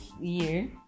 year